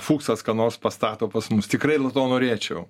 fuksas ką nors pastato pas mus tikrai na to norėčiau